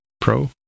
Pro